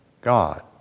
God